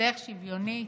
בדרך שלטונית,